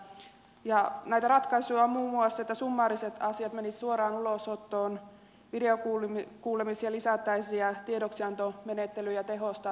näitä ratkaisuja ovat muun muassa että summaariset asiat menisivät suoraan ulosottoon videokuulemisia lisättäisiin ja tiedoksiantomenettelyjä tehostettaisiin